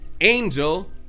angel